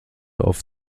auf